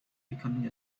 becoming